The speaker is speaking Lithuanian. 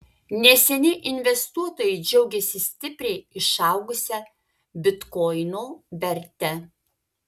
neseniai investuotojai džiaugėsi stipriai išaugusia bitkoino verte